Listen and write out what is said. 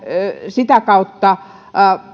sitä kautta